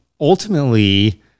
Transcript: ultimately